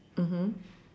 mmhmm